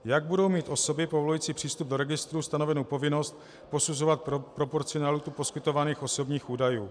Jak budou mít osoby povolující přístup do registrů stanovenu povinnost posuzovat proporcionalitu poskytovaných osobních údajů?